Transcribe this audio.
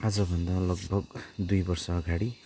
आजभन्दा लगभग दुई बर्ष अघाडि